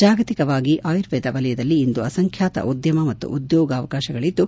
ಜಾಗತಿಕವಾಗಿ ಆಯುರ್ವೇದ ವಲಯದಲ್ಲಿ ಇಂದು ಅಸಂಖ್ಯಾತ ಉದ್ದಮ ಮತ್ತು ಉದ್ಯೋಗಾವಕಾಶಗಳಿದ್ದು